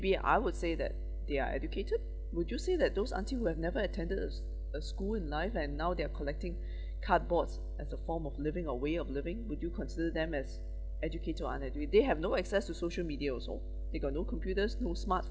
I would say that they are educated would you say that those aunty who have never attended a s~ a school in life and now they're collecting cardboards as a form of living a way of living would you consider them as educated or unedu~ they have no access to social media also they got no computers no smart~